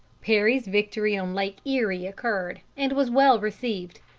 perry's victory on lake erie occurred, and was well received.